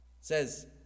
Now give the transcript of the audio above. says